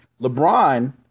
LeBron